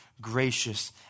gracious